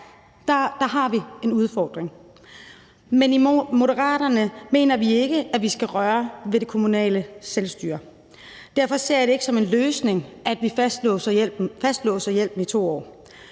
har vi en udfordring. Men i Moderaterne mener vi ikke, at vi skal røre ved det kommunale selvstyre, og derfor ser jeg det ikke som en løsning, at vi fastlåser hjælpen i 2 år.